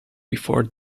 before